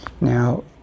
Now